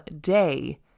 day